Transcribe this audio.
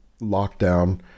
lockdown